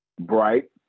Bright